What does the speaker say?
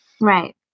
Right